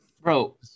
bro